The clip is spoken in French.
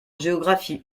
géographie